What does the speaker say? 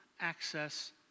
access